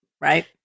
Right